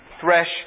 thresh